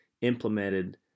implemented